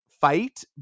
fight